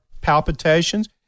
palpitations